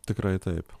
tikrai taip